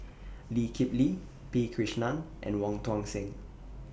Lee Kip Lee P Krishnan and Wong Tuang Seng